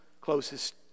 closest